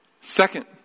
Second